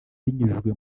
binyujijwe